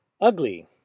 Ugly